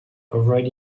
covered